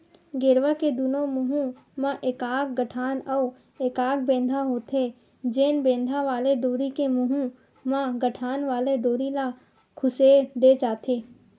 गेरवा के दूनों मुहूँ म एकाक गठान अउ एकाक बेंधा होथे, जेन बेंधा वाले डोरी के मुहूँ म गठान वाले डोरी ल खुसेर दे जाथे